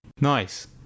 nice